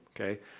okay